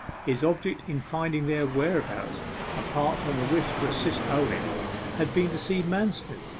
his object in finding their whereabouts apart from the wish to assist owen had been to see manston,